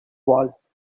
walls